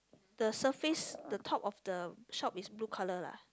the surface the top of the shop is blue colour lah